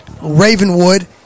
Ravenwood